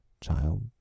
Child